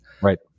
Right